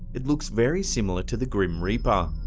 it looks very similar to the grim reaper.